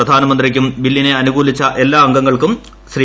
പ്രധാനമന്ത്രിക്കും ബില്ലിനെ അനുകൂലിച്ച എല്ലാ അംഗങ്ങൾക്കും ശ്രീ